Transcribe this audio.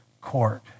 court